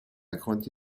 grandi